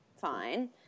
fine